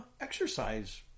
exercise